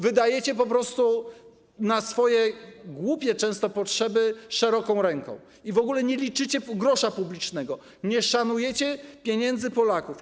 Wydajecie po prostu na swoje głupie często potrzeby szeroką ręką i w ogóle nie liczycie grosza publicznego, nie szanujecie pieniędzy Polaków.